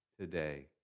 today